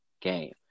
game